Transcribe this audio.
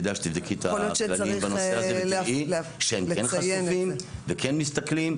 כדאי שתבדקי את הכללים בנושא הזה ותיראי שהם כן חשופים וכן מסתכלים,